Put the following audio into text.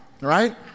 right